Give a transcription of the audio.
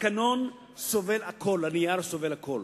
התקנון סובל הכול, הנייר סובל הכול.